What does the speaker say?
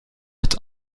het